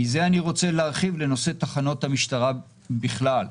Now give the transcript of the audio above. מזה אני רוצה להרחיב לנושא תחנות המשטרה בכלל.